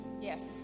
Yes